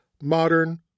modern